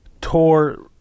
tore